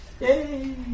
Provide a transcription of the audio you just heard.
Yay